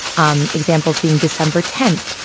um example's being december tenth,